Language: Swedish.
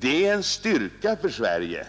Det är en styrka för Sverige